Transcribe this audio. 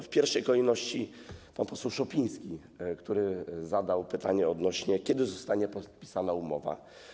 W pierwszej kolejności pan poseł Szopiński, który zadał pytanie, kiedy zostanie podpisana umowa.